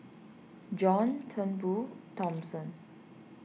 John Turnbull Thomson